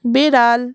বিড়াল